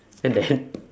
and then